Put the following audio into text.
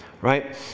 Right